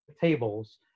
tables